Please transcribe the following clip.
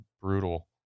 brutal